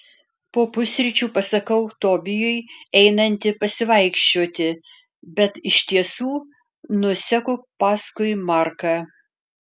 po pusryčių pasakau tobijui einanti pasivaikščioti bet iš tiesų nuseku paskui marką